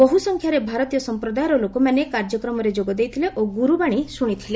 ବହୁସଂଖ୍ୟାରେ ଭାରତୀୟ ସମ୍ପ୍ରଦାୟର ଲୋକମାନେ କାର୍ଯ୍ୟକ୍ରମରେ ଯୋଗ ଦେଇଥିଲେ ଓ ଗୁରୁବାଣୀ ଶୁଣିଥିଲେ